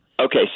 Okay